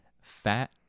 fat